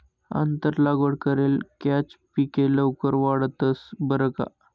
आंतर लागवड करेल कॅच पिके लवकर वाढतंस बरं का